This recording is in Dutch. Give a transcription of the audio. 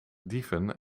dieven